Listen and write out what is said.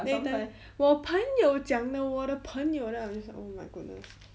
they time 我朋友讲的我的朋友 then I was just like oh my goodness